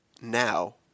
Now